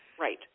Right